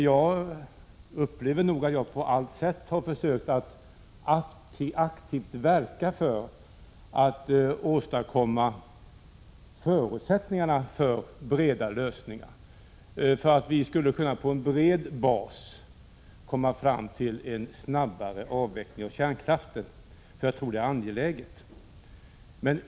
Jag har på alla sätt försökt att aktivt verka för att åstadkomma förutsättningar för breda lösningar och för att vi på bred bas skall kunna komma fram till en snabbare avveckling av kärnkraften, eftersom jag tror att det är angeläget.